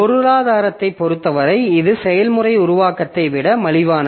பொருளாதாரத்தைப் பொருத்தவரை இது செயல்முறை உருவாக்கத்தை விட மலிவானது